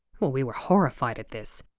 we were horrified at this.